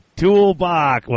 toolbox